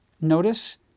notice